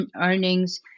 earnings